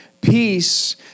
Peace